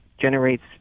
generates